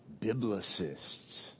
biblicists